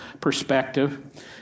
perspective